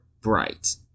bright